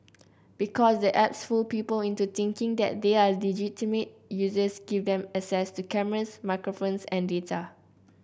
because the apps fool people into thinking they are legitimate users give them access to cameras microphones and data